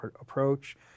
approach